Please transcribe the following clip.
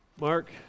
Mark